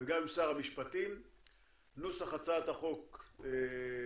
וגם עם שר המשפטים, נוסח הצעת החוק נכתב,